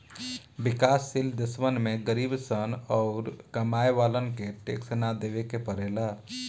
विकाश शील देशवन में गरीब सन अउरी कमाए वालन के टैक्स ना देवे के पड़ेला